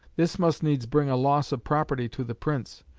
this must needs bring loss of property to the prince.